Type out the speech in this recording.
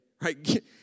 right